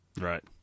right